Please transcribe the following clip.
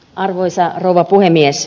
arvoisa rouva puhemies